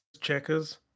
Checkers